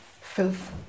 Filth